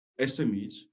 smes